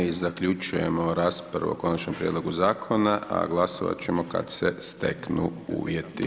Time i zaključujemo raspravu o konačnom prijedlogu zakona a glasovati ćemo kada se steknu uvjeti.